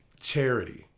Charity